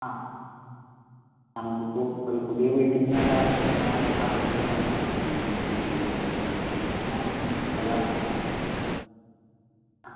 ആ ആണത് ഇപ്പോൾ ഒരു പുതിയ വീട്ടിലേക്ക് വേണ്ട എല്ലാ അത്യാവശ്യ സാധനങ്ങളും വേണം ടി വി ഫ്രിഡ്ജ് മിക്സി എല്ലാം വേണം എല്ലാം നോക്കാം ആ